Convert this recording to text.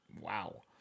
Wow